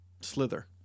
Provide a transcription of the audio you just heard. Slither